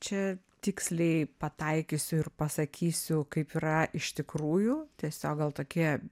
čia tiksliai pataikysiu ir pasakysiu kaip yra iš tikrųjų tiesiog gal tokie